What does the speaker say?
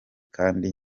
kandi